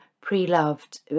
pre-loved